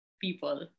people